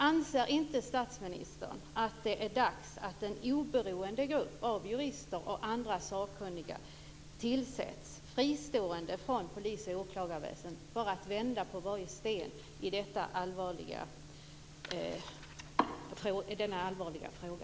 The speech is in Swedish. Anser inte statsministern att det är dags att en oberoende grupp av jurister och andra sakkunniga tillsätts, fristående från polis och åklagarväsendet, för att vända på varje sten i denna allvarliga fråga?